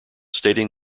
stating